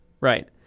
Right